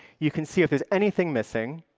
you can see if there's anything missing.